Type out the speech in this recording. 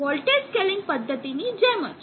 voltage scaling પદ્ધતિની જેમજ